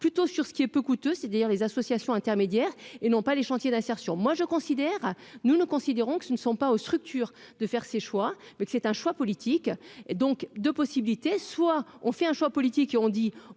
plutôt sur ce qui est peu coûteux d'ailleurs les associations intermédiaires et non pas les chantiers d'insertion, moi je considère, nous, nous considérons que ce ne sont pas aux structures de faire ses choix mais c'est un choix politique, donc 2 possibilités : soit on fait un choix politique qui ont dit